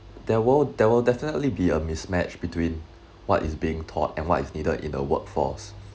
there will there will definitely be a mismatch between what is being taught and what is needed in the workforce